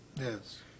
Yes